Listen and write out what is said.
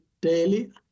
daily